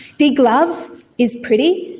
deglove is pretty.